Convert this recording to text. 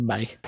Bye